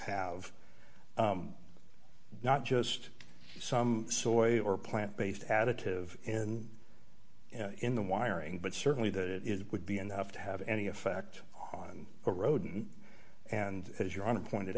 have not just some soy or plant based additive in you know in the wiring but certainly that it would be enough to have any effect on a rodent and as you're on a pointed